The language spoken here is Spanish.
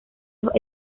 los